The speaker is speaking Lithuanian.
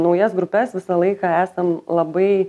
naujas grupes visą laiką esam labai